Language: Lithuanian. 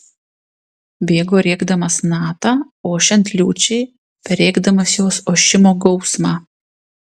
bėgo rėkdamas natą ošiant liūčiai perrėkdamas jos ošimo gausmą